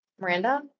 Miranda